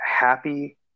happy